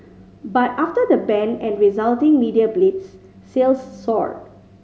but after the ban and resulting media blitz sales soared